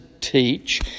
teach